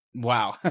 Wow